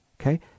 Okay